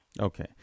Okay